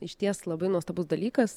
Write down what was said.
išties labai nuostabus dalykas